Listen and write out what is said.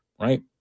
right